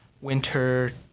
winter